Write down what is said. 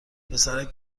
پسرک